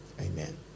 Amen